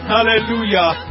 Hallelujah